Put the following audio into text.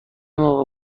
موقع